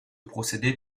procédé